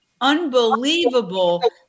Unbelievable